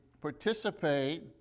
participate